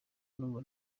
numva